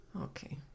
Okay